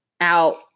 out